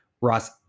Ross